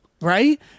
right